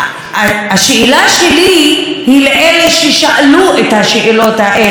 השאלה שלי היא לאלה ששאלו את השאלות האלה: